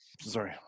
Sorry